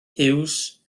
huws